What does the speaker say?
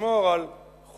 ישמור על חופש